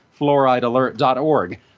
fluoridealert.org